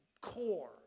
core